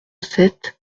sept